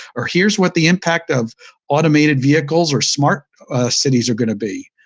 or, here is what the impact of automated vehicles or smart cities are going to be.